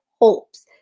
hopes